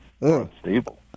unstable